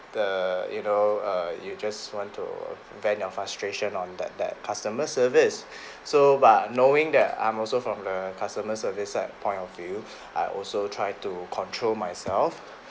the you know err you just want to vent your frustration on that that customer service so but knowing that I'm also from the customer service side point of view I also try to control myself